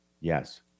Yes